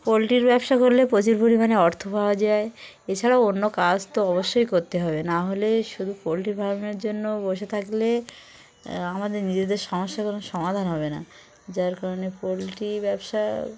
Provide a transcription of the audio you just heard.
পোলট্রির ব্যবসা করলে প্রচুর পরিমাণে অর্থ পাওয়া যায় এছাড়াও অন্য কাজ তো অবশ্যই করতে হবে নাহলে শুধু পোলট্রি ফার্মের জন্য বসে থাকলে আমাদের নিজেদের সমস্যার কোনো সমাধান হবে না যার কারণে পোলট্রি ব্যবসা